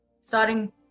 starting